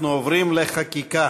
אנחנו עוברים לחקיקה.